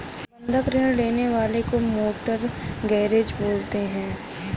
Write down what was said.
बंधक ऋण लेने वाले को मोर्टगेजेर बोलते हैं